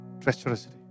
treacherously